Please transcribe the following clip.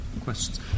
questions